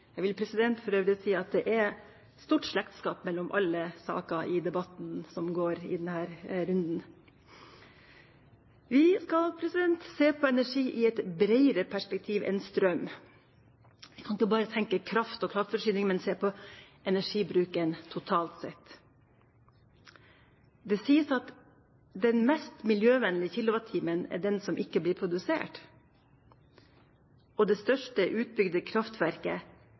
Jeg vil for øvrig si at det er stort slektskap mellom alle saker som blir debattert i denne runden. Vi skal se på energi i et bredere perspektiv enn strøm. Vi kan ikke bare tenke kraft og kraftforsyning, men må se på energibruken totalt sett. Det sies at den mest miljøvennlige kilowattimen er den som ikke blir produsert, og at det største utbygde kraftverket